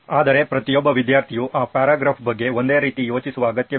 ಆದರೆ ಪ್ರತಿಯೊಬ್ಬ ವಿದ್ಯಾರ್ಥಿಯು ಆ ಪ್ಯಾರಾಗ್ರಾಫ್ ಬಗ್ಗೆ ಒಂದೇ ರೀತಿ ಯೋಚಿಸುವ ಅಗತ್ಯವಿಲ್ಲ